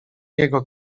jego